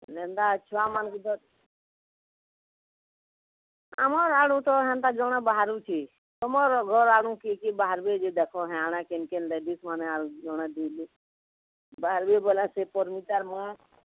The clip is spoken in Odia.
ଯେନ୍ତା ଛୁଆମାନଙ୍କୁ ଧ ଆମର ଆଡୁ ତ ହେନ୍ତା ଜଣେ ବାହାରୁଛି ତମର ଘର ଆଡୁ କିଏ କିଏ ବାହାରବେ ଯେ ଦେଖ ହେଣେ କିନ କିନ ଲେଡ଼ିଜ ମାନେ ଜଣେ ଦୁଇଜଣ ବାହାରବେ ବୋଲେ ସେ ମୁଁ